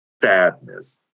sadness